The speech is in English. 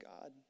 God